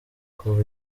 kuva